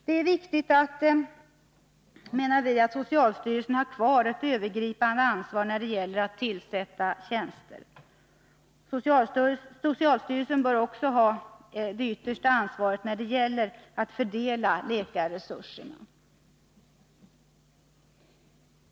Det är viktigt, menar vi, att socialstyrelsen har kvar ett övergripande ansvar när det gäller att tillsätta tjänster. Socialstyrelsen bör också ha det yttersta ansvaret när det gäller att fördela läkarresurserna.